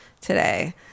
today